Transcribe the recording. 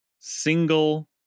single